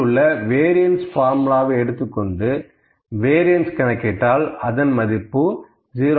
இதில் உள்ள வேரியண்ஸ் பார்முலாவை எடுத்துக் கொண்டு வேரியண்ஸ் கணக்கிட்டால் அதன் மதிப்பு 0